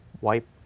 wipe